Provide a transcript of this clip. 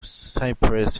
cypress